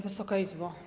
Wysoka Izbo!